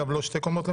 אני